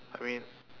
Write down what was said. I mean